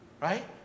right